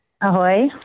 Ahoy